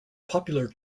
popular